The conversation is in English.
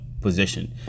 position